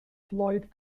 floyd